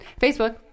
Facebook